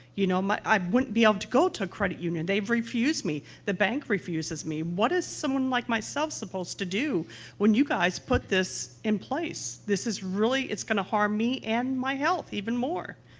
you know, my i wouldn't be able to go to a credit union they've refused me. the bank refuses me. what is someone like myself supposed to do when you guys put this in place? this is really it's going to harm me and my health, even more.